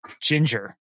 ginger